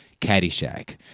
Caddyshack